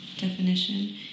definition